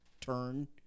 turn